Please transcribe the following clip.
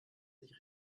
sich